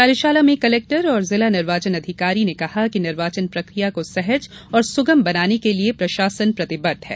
कार्यशाला में कलेक्टर और जिला निर्वाचन अधिकारी ने कहा कि निर्वाचन प्रक्रिया को सहज और सुगम बनाने के लिये प्रशासन प्रतिबद्ध है